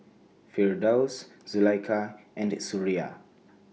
Firdaus Zulaikha and Suria